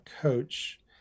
coach